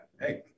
Hey